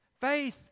Faith